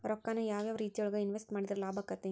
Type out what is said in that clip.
ರೊಕ್ಕಾನ ಯಾವ ಯಾವ ರೇತಿಯೊಳಗ ಇನ್ವೆಸ್ಟ್ ಮಾಡಿದ್ರ ಲಾಭಾಕ್ಕೆತಿ?